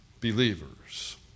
believers